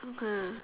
okay